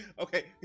okay